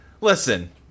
listen